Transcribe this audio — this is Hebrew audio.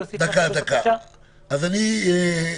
חבל